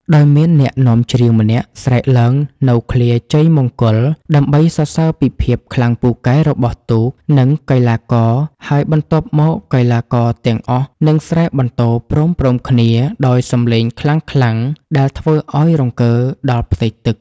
ដោយមានអ្នកនាំច្រៀងម្នាក់ស្រែកឡើងនូវឃ្លាជ័យមង្គលដើម្បីសរសើរពីភាពខ្លាំងពូកែរបស់ទូក និងកីឡាករ ហើយបន្ទាប់មកកីឡាករទាំងអស់នឹងស្រែកបន្ទរព្រមៗគ្នាដោយសំឡេងខ្លាំងៗដែលធ្វើឱ្យរង្គើដល់ផ្ទៃទឹក។